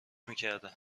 میکرده